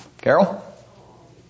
Carol